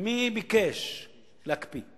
מי ביקש להקפיא?